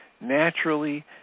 naturally